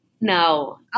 No